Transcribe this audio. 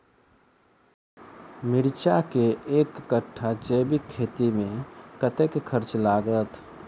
मिर्चा केँ एक कट्ठा जैविक खेती मे कतेक खर्च लागत?